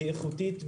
איכותית,